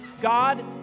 God